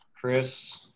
Chris